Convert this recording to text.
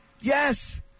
Yes